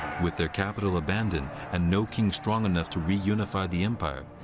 with their capital abandoned and no king strong enough to reunify the empire,